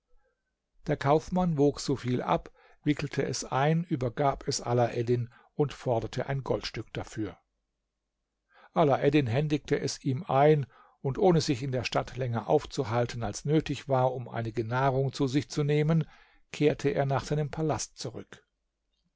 der kaufmann wog so viel ab wickelte es ein übergab es alaeddin und forderte ein goldstück dafür alaeddin händigte es ihm ein und ohne sich in der stadt länger aufzuhalten als nötig war um einige nahrung zu sich zu nehmen kehrte er nach seinem palast zurück